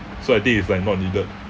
so I think is like not needed